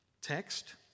text